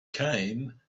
came